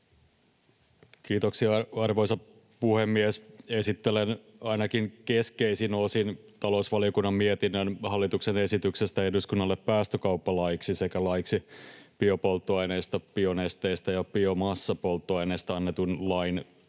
Kiitoksia, arvoisa puhemies! Esittelen ainakin keskeisin osin talousvaliokunnan mietinnön hallituksen esityksestä eduskunnalle päästökauppalaiksi sekä laiksi biopolttoaineista, bionesteistä ja biomassapolttoaineista annetun lain